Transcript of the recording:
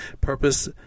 purpose